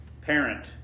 parent